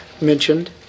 mentioned